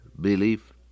belief